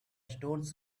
stones